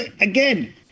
again